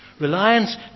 Reliance